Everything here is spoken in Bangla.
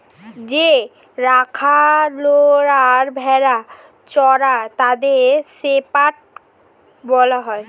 যে রাখালরা ভেড়া চড়ায় তাদের শেপার্ড বলা হয়